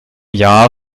jahr